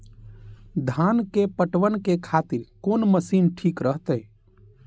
धान के पटवन के खातिर कोन मशीन ठीक रहते?